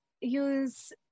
use